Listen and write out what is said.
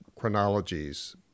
chronologies